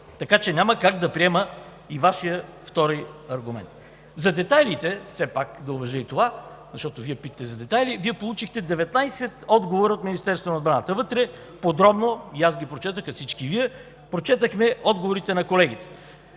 Така че няма как да приема и Вашия втори аргумент. За детайлите, все пак да уважа и това, защото Вие питате за детайли. Вие получихте 19 отговора от Министерството на отбраната. Аз ги прочетох, а и всички прочетохме отговорите на колегите.